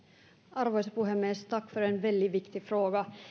arvoisa puhemies tack för en väldigt viktig fråga